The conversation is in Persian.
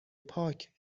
پاک